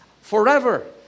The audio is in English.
forever